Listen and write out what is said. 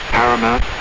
paramount